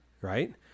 right